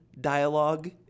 dialogue